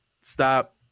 stop